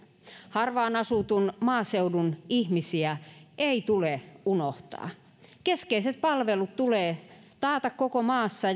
harvaan asutun maaseudun ihmisiä ei tule unohtaa keskeiset palvelut tulee taata koko maassa